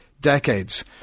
decades